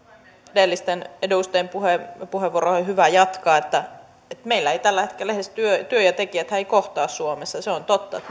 edellisten edustajien puheenvuoroihin on hyvä jatkaa että meillähän eivät tällä hetkellä työ ja tekijät kohtaa suomessa se on totta